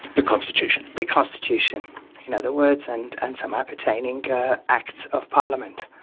the constitution. the constitution in other words, and and some appertaining acts of parliament.